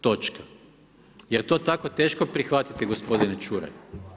Točka, jer to tako teško prihvatiti gospodine Čuraj?